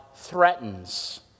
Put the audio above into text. threatens